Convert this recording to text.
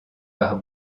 par